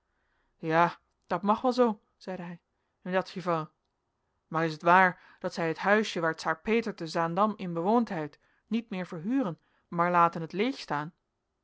ja dat mag wel zoo zeide hij in dat geval maer is het waer dat zij het huisje waar czaar peter te zaandam in ewoond heit niet meer verhuren maar laten het leeg staan